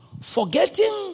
forgetting